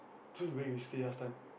so where you stay last time